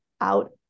out